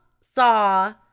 Saw